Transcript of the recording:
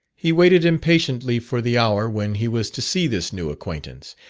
he waited impatiently for the hour when he was to see this new acquaintance,